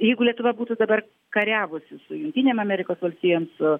jeigu lietuva būtų dabar kariavusi su jungtinėm amerikos valstijom su